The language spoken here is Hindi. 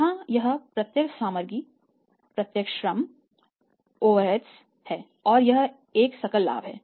यहाँ यह प्रत्यक्ष सामग्री प्रत्यक्ष श्रम ओवरहेड्स है और यह एक सकल लाभ है